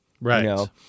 Right